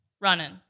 running